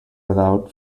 without